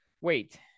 Wait